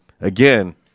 again